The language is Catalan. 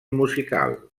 musical